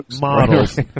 models